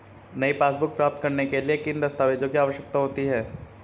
नई पासबुक प्राप्त करने के लिए किन दस्तावेज़ों की आवश्यकता होती है?